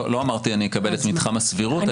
לא אמרתי: אני אקבל את מתחם הסבירות.